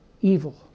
evil